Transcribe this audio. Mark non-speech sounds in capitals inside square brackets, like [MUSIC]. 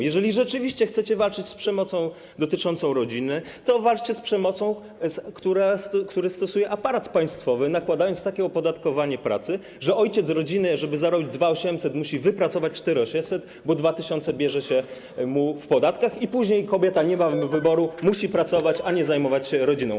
Jeżeli rzeczywiście chcecie walczyć z przemocą dotyczącą rodziny, to walczcie z przemocą, którą stosuje aparat państwowy, nakładając takie opodatkowanie pracy, że ojciec rodziny, żeby zarobić 2800 musi wypracować 4800, bo 2000 bierze się mu w podatkach i później kobieta nie ma wyboru, [NOISE] musi pracować, a nie zajmować się rodziną.